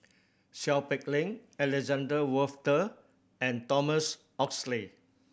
Seow Peck Leng Alexander Wolter and Thomas Oxley